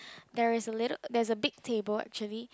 there is a little there is a big table actually